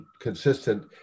consistent